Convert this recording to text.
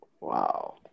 Wow